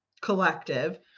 collective